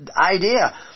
idea